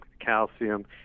calcium